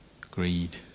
greed